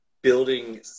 Building